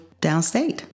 downstate